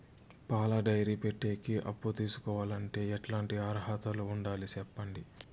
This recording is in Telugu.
పాల డైరీ పెట్టేకి అప్పు తీసుకోవాలంటే ఎట్లాంటి అర్హతలు ఉండాలి సెప్పండి?